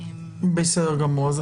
בסדר גמור.